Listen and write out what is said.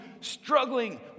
struggling